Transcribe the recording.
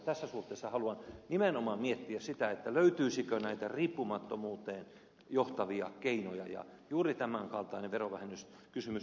tässä suhteessa haluan nimenomaan miettiä sitä löytyisikö näitä riippumattomuuteen johtavia keinoja ja juuri tämän kaltainen verovähennyskysymys voisi olla yksi tällainen